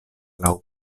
laŭ